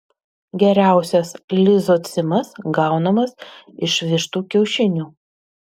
geriausias lizocimas gaunamas iš vištų kiaušinių